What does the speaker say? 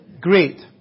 great